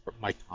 Mike